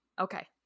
Okay